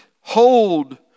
Hold